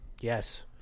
Yes